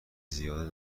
زیاده